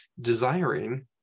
desiring